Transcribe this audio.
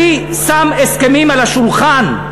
אני שם הסכמים על השולחן.